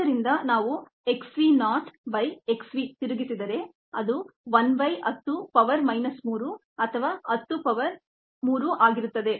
ಆದ್ದರಿಂದ ನಾವು x v naught by x v ತಿರುಗಿಸಿದರೆ ಅದು 1 by 10 power minus3 ಅಥವಾ 10 power 3 ಆಗಿರುತ್ತದೆ